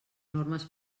normes